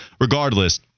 Regardless